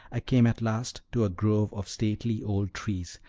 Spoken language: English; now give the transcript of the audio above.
i came at last to a grove of stately old trees,